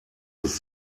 ist